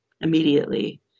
immediately